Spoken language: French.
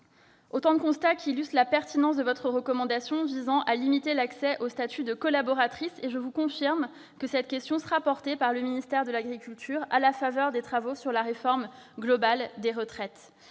Autant de constats qui illustrent la pertinence de votre recommandation visant à limiter l'accès au statut de collaboratrice. Je vous confirme que cette question sera portée par le ministère de l'agriculture à la faveur des travaux sur la réforme globale des retraites.